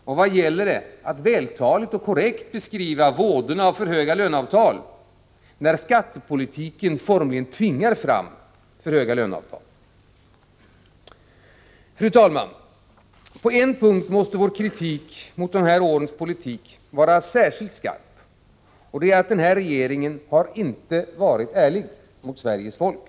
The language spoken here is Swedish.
Och vad hjälper det att vältaligt och korrekt beskriva vådorna av för höga löneavtal, när skattepolitiken formligen tvingar fram sådana avtal? Fru talman! På en punkt måste vår kritik mot de gångna årens politik vara särskilt skarp: Denna regering har inte varit ärlig mot Sveriges folk.